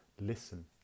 Listen